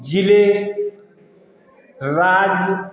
जिले राज्य